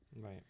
Right